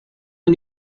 een